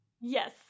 Yes